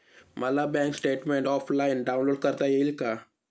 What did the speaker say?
मला bank statement offline download करता येईल का?